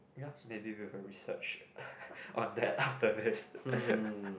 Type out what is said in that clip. ya maybe we will research on that after this